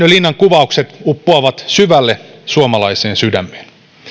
linnan kuvaukset uppoavat syvälle suomalaiseen sydämeen